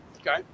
Okay